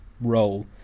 role